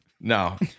no